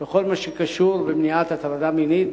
לכל מה שקשור במניעת הטרדה מינית,